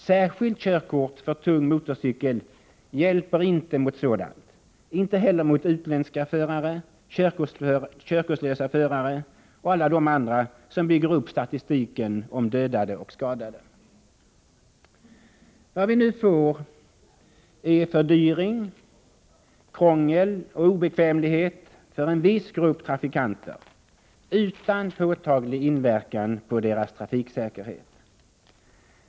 Särskilt körkort för tung motorcykel hjälper inte mot sådant — inte heller mot utländska förare, körkortslösa förare och alla de andra som bygger upp statistiken över dödade och skadade. Vad vi nu får är fördyring, krångel och obekvämlighet för en viss grupp trafikanter utan påtaglig inverkan på deras trafiksäkerhet.